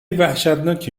وحشتناکی